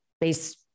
base